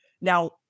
now